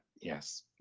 yes